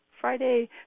Friday